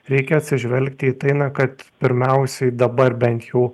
reikia atsižvelgti į tai na kad pirmiausiai dabar bent jau